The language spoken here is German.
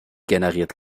generiert